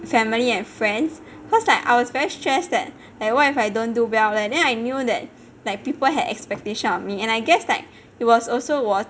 family and friends cause like I was very stressed that like what if I don't do well then I knew that like people had expectation of me and I guess like it was also 我